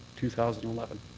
two thousand and eleven.